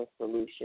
solution